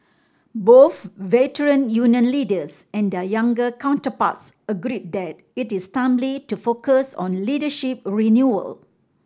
both Veteran Union leaders and their younger counterparts agreed that it is timely to focus on leadership renewal